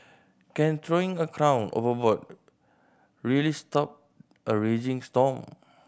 can throwing a crown overboard really stop a raging storm